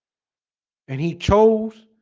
and he chose